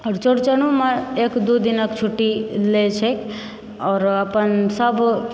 आओर चौरचनोमे एक दू दिनक छुट्टी लैत छै आओर अपनसभ